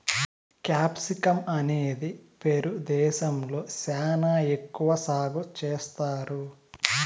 capsicum అనేది Peru దేశంలో శ్యానా ఎక్కువ సాగు చేత్తారు